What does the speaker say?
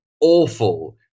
awful